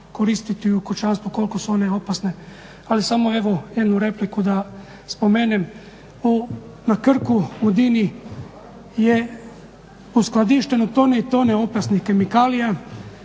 koristiti u kućanstvu, koliko su one opasne. Ali samo evo jednu repliku da spomenem, na Krku u DINA-i je uskladišteno tone i tone opasnih kemikalija